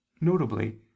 notably